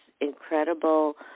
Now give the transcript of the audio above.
incredible